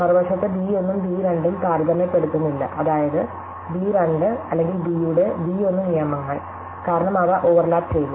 മറുവശത്ത് ബി 1 ഉം ബി 2 ഉം താരതമ്യപ്പെടുത്തുന്നില്ല അതായത് ബി 2 അല്ലെങ്കിൽ ബി യുടെ ബി 1 നിയമങ്ങൾ കാരണം അവ ഓവർലാപ്പ് ചെയ്തു